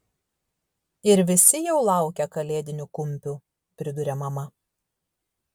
ir visi jau laukia kalėdinių kumpių priduria mama